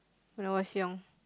when I was young